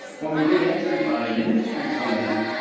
when we get entry by an industry standard,